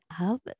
up